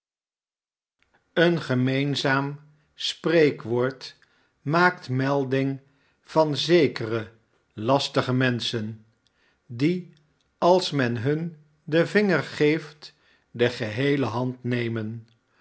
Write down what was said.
een gemeenzaam spreekwoord maakt melding van zekere lastige menschen die als men hun den vinger geeft de geheele hand nemen